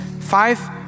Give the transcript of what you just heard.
Five